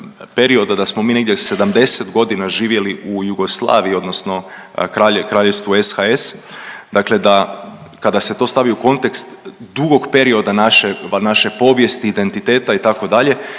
period da smo mi negdje 70 godina živjeli u Jugoslaviji odnosno Kraljevstvu SHS dakle kada se to stavi u kontekst dugog perioda naše povijesti, identiteta itd.,